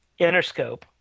Interscope